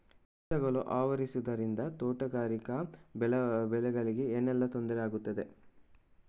ಕೀಟಗಳು ಆವರಿಸುದರಿಂದ ತೋಟಗಾರಿಕಾ ಬೆಳೆಗಳಿಗೆ ಏನೆಲ್ಲಾ ತೊಂದರೆ ಆಗ್ತದೆ?